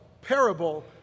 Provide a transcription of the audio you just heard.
parable